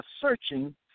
searching